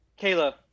Kayla